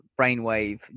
Brainwave